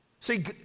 See